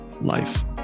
life